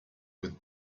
with